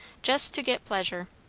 jest to get pleasure.